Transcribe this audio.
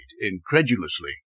incredulously